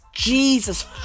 Jesus